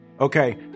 Okay